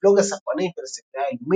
בבלוג "הספרנים" של הספרייה הלאומית,